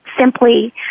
simply